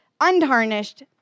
untarnished